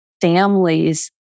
families